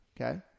Okay